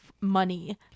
money